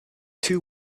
two